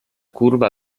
curva